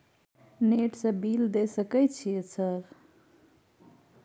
Net से bill देश सक छै यह सर?